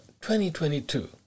2022